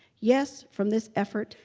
yes, from this effort,